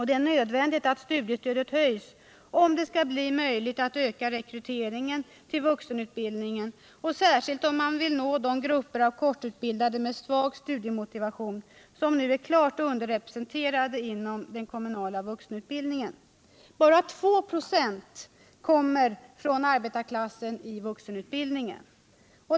Det är nödvändigt att studiestödet höjs om det skall bli möjligt att öka rekryteringen till vuxenutbildningen — särskilt om man vill nå de grupper av kortutbildade med svag studiemotivation som nu är klart underrepresenterade inom den kommunala vuxenutbildningen. Bara 2 96 inom vuxenutbildningen kommer från arbetarklassen.